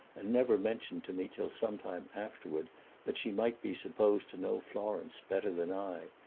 and never mentioned to me till sometime afterward that she might be supposed to know florence better than i,